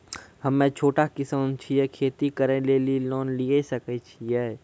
हम्मे छोटा किसान छियै, खेती करे लेली लोन लिये सकय छियै?